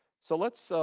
so let's so